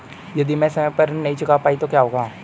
यदि मैं समय पर ऋण नहीं चुका पाई तो क्या होगा?